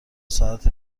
ساعت